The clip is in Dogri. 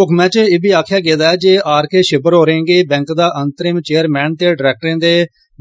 हुक्मै च इब्बी आखेआ गेआ ऐ जे आर के छिब्बर होरें'गी बैंक दा अंतरिम चेयरमैन ते डरैक्टरें दे